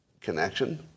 connection